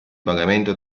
pagamento